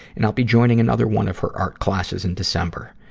and i'll be joining another one of her art classes in december.